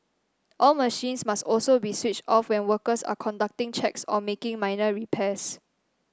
all machines must also be switched off when workers are conducting checks or making minor repairs